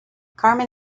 carmen